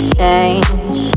change